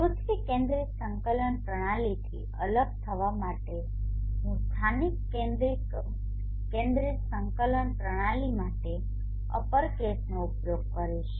પૃથ્વી કેન્દ્રિત સંકલન પ્રણાલીથી અલગ થવા માટે હું સ્થાનિક કેન્દ્રિત સંકલન પ્રણાલી માટે અપર કેસનો ઉપયોગ કરીશ